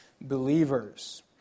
believers